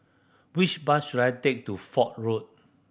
which bus should I take to Fort Road